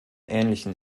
ähnlichen